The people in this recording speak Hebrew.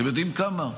אתם יודעים כמה?